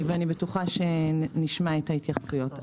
ואני בטוחה שנשמע את ההתייחסויות.